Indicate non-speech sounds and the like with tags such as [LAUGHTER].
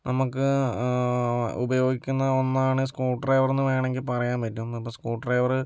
നമുക്ക് ഉപയോഗിക്കുന്ന ഒന്നാണ് സ്ക്രൂ ഡ്രൈവറെന്ന് വേണമെങ്കിൽ പറയാൻ പറ്റും [UNINTELLIGIBLE] ഇപ്പോൾ സ്ക്രൂ ഡ്രൈവർ